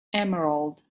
emerald